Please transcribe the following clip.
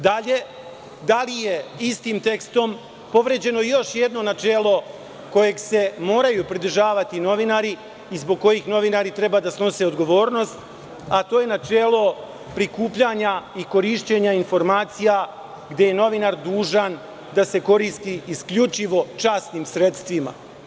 Dalje, da li je istim tekstom povređeno još jedno načelo kojeg se moraju pridržavati novinari i zbog kojih novinari treba da snose odgovornost, a to je načelo prikupljanja i korišćenja informacija, gde je novinar dužan da se koristi isključivo časnim sredstvima?